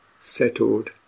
settled